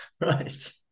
Right